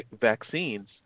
vaccines